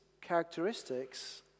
characteristics